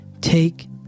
Take